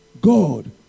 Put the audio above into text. God